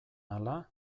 ala